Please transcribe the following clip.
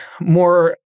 more